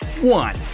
one